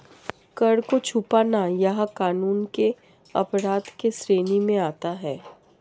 कर को छुपाना यह कानून के अपराध के श्रेणी में आता है